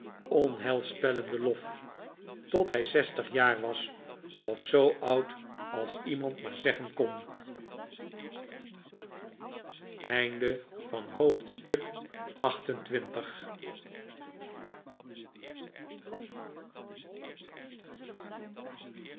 onheilspellende lof tot zij zestig jaar was of zoo oud als iemand maar zeggen kon